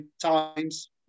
times